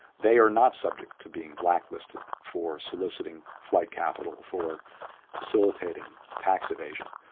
they are not subject to being blacklisted for soliciting flight capital' for facilitating tax evasion,